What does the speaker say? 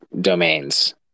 domains